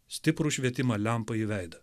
stiprų švietimą lempą į veidą